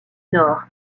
nord